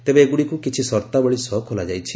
ତେବେ ଏଗୁଡ଼ିକୁ କିଛି ସର୍ତ୍ତାବଳୀ ସହ ଖୋଲାଯାଇଛି